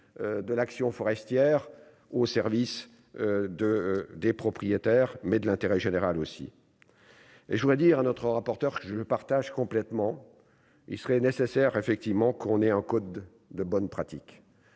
de l'action forestière au service de des propriétaires, mais de l'intérêt général, aussi, et je voudrais dire à notre rapporteur, que je partage complètement, il serait nécessaire, effectivement, qu'on ait un code de bonnes pratiques